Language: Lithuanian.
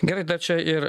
gerai dar čia ir